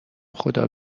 خدا